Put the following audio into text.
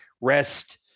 rest